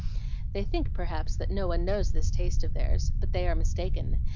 they think, perhaps, that no one knows this taste of theirs but they are mistaken,